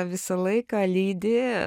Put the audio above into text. visą laiką lydi